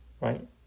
Right